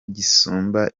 gisumba